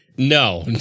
No